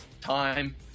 time